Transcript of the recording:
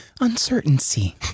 uncertainty